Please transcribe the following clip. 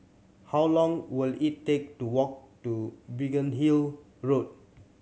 how long will it take to walk to Biggin Hill Road